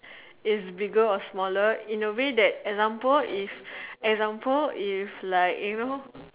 is bigger or smaller in a way that example if example if like you know